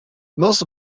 most